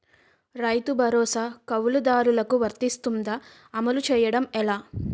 రైతు భరోసా కవులుదారులకు వర్తిస్తుందా? అమలు చేయడం ఎలా